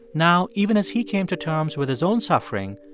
now, even as he came to terms with his own suffering,